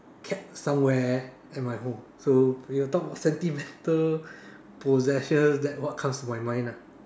kept somewhere at my home so you talk sentimental possessions that what comes to my mind lah